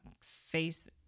face